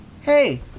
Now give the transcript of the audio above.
Hey